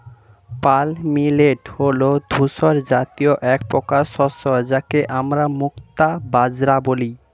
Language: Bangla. পার্ল মিলেট হল ধূসর জাতীয় একপ্রকার শস্য যাকে আমরা মুক্তা বাজরা বলি